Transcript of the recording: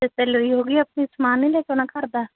ਅਤੇ ਸੈਲਰੀ ਹੋ ਗਈ ਆਪਣੀ ਸਮਾਨ ਨਹੀਂ ਲੈ ਕੇ ਆਉਣਾ ਘਰ ਦਾ